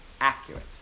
accurate